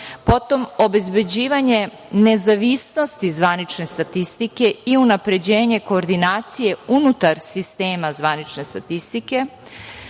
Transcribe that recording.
potom obezbeđivanje nezavisnosti zvanične statistike i unapređenje koordinacije unutar sistem zvanične statistike,